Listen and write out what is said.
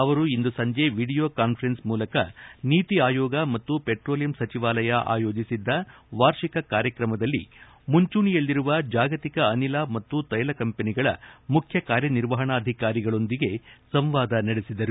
ಅವರು ಇಂದು ಸಂಜೆ ವಿಡಿಯೋ ಕಾನ್ವರೆನ್ಸ್ ಮೂಲಕ ನೀತಿ ಆಯೋಗ ಮತ್ತು ಪೆಟ್ರೋಲಿಯಂ ಸಚಿವಾಲಯ ಆಯೋಜಿಸಿದ್ದ ವಾರ್ಷಿಕ ಕಾರ್ಯಕ್ರಮದಲ್ಲಿ ಮುಂಚೂಣಿಯಲ್ಲಿರುವ ಜಾಗತಿಕ ಅನಿಲ ಮತ್ತು ತ್ವೆಲ ಕಂಪನಿಗಳ ಮುಖ್ಯ ಕಾರ್ಯನಿರ್ವಹಣಾಧಿಕಾರಿಗಳೊಂದಿಗೆ ಸಂವಾದ ನಡೆಸಿದರು